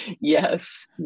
yes